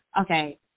okay